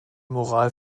moral